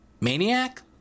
Maniac